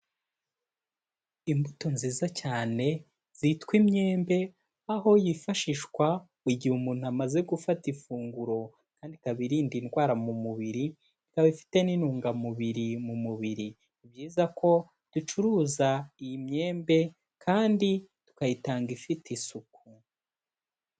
Imbuto nziza cyane zitwa imyembe, aho yifashishwa igihe umuntu amaze gufata ifunguro, kandi ikaba irinda indwara mu mubiri, ikaba ifite n'intungamubiri mu mubiri. Ni byiza ko ducuruza iyi myembe kandi tukayitanga ifite isuku.